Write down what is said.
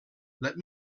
let